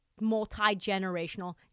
multi-generational